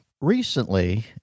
Recently